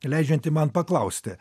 leidžianti man paklausti